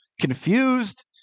confused